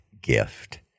gift